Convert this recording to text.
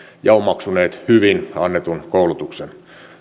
ja omaksuneet hyvin annetun koulutuksen